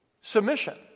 submission